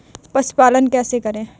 पशुपालन कैसे करें?